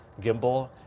gimbal